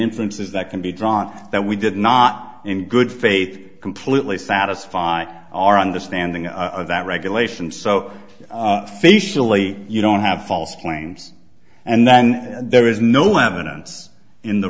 influences that can be drawn that we did not in good faith completely satisfy our understanding of that regulation so facially you don't have false claims and then there is no evidence in the